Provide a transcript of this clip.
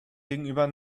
gegenüber